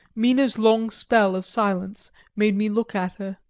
mina's long spell of silence made me look at her.